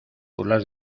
burlas